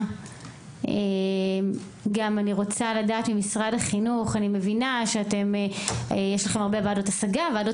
אני רוצה לקבל את הנתונים.